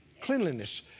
cleanliness